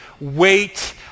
wait